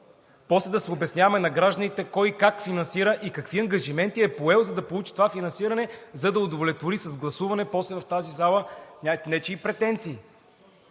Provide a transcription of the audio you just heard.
после да се обясняваме на гражданите кой и как финансира и какви ангажименти е поел, за да получи това финансиране и после да удовлетвори с гласуване в тази зала нечии претенции.